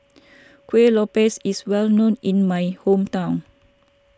Kueh Lopes is well known in my hometown